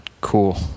cool